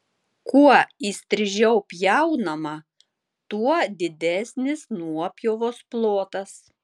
kuo įstrižiau pjaunama tuo didesnis nuopjovos plotas